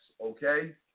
okay